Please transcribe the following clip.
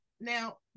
Now